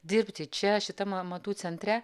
dirbti čia šitam amatų centre